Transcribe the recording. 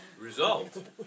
result